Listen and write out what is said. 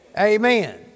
Amen